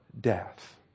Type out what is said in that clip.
death